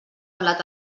blat